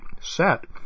set